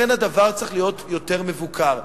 לכן הדבר צריך להיות יותר מבוקר.